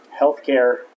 healthcare